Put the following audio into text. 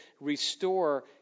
restore